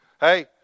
Hey